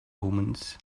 omens